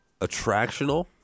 attractional